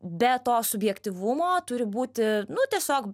be to subjektyvumo turi būti nu tiesiog